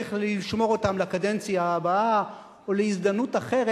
שצריך לשמור אותם לקדנציה הבאה או להזדמנות אחרת.